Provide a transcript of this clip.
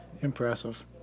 Impressive